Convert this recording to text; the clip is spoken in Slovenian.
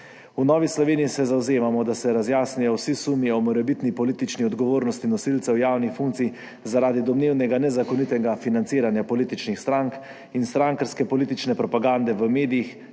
V Novi Sloveniji se zavzemamo, da se razjasnijo vsi sumi o morebitni politični odgovornosti nosilcev javnih funkcij zaradi domnevnega nezakonitega financiranja političnih strank in strankarske politične propagande v medijih